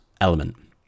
element